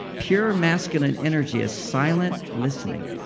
pure masculine energy is silent listening.